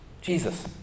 Jesus